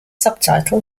subtitle